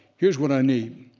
here's what i need,